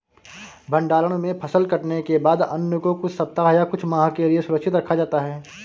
भण्डारण में फसल कटने के बाद अन्न को कुछ सप्ताह या कुछ माह के लिये सुरक्षित रखा जाता है